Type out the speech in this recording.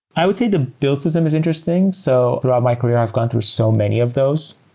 i would say the build system is interesting. so throughout my career, i've gotten through so many of those.